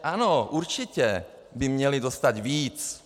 Ano, určitě by měli dostat více.